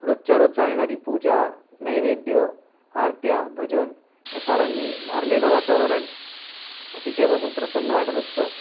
रोजच्या रोज चालणारी पूजा नैवेद्य आरत्या भजन या साऱ्यांनी भारलेलं वातावरण अतिशय प प्रसन्न वाटत असतं